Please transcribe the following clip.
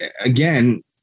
again